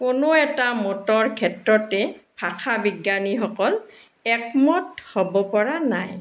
কোনো এটা মতৰ ক্ষেত্ৰতে ভাষাবিজ্ঞানীসকল একমত হ'ব পৰা নাই